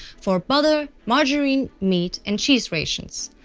for butter, margarine, meat, and cheese rations.